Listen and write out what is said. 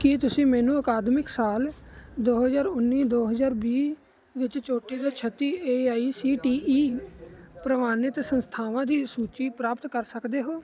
ਕੀ ਤੁਸੀਂ ਮੈਨੂੰ ਅਕਾਦਮਿਕ ਸਾਲ ਦੋ ਹਜ਼ਾਰ ਉੱਨੀ ਦੋ ਹਜ਼ਾਰ ਵੀਹ ਵਿੱਚ ਚੋਟੀ ਦੇ ਛੱਤੀ A I C T E ਪ੍ਰਵਾਨਿਤ ਸੰਸਥਾਵਾਂ ਦੀ ਸੂਚੀ ਪ੍ਰਾਪਤ ਕਰ ਸਕਦੇ ਹੋ